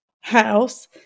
house